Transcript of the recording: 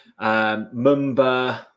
Mumba